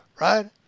right